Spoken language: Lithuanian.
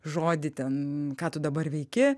žodį ten ką tu dabar veiki